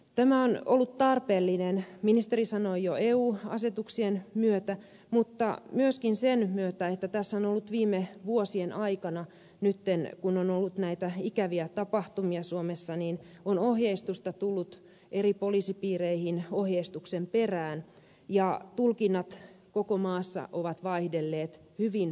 tämä on ollut tarpeellinen ministeri sanoi että jo eu asetuksien myötä myöskin sen myötä että tässähän viime vuosien aikana kun on ollut näitä ikäviä tapahtumia suomessa eri poliisipiireihin on tullut ohjeistusta ohjeistuksen perään ja tulkinnat koko maassa ovat vaihdelleet hyvin paljon